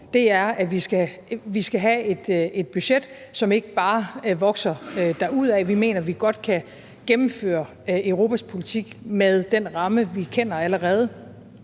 om, er, at vi skal have et budget, som ikke bare vokser derudad. Vi mener, at vi godt kan gennemføre Europas politik med den ramme, vi allerede